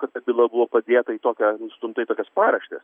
kad ta byla buvo padėta į tokią nustumta į tokias paraštes